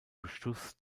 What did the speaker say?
beschuss